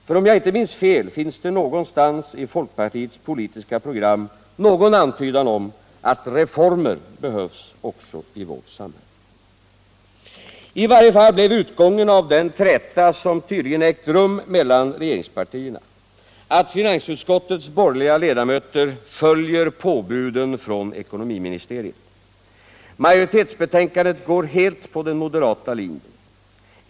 För om jag inte minns fel finns det någonstans i folkpartiets politiska program någon antydan om att reformer behövs också i vårt samhälle. I varje fall blev utgången av den träta som tydligen ägde rum mellan regeringspartierna att finansutskottets borgerliga ledamöter följer påbuden från ekonomiministeriet. Majoritetsbetänkandet går helt på den moderata linjen.